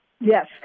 Yes